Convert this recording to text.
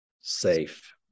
Safe